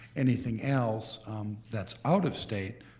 anything else that's out of state,